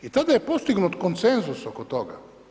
I tada je postignut konsenzus oko toga.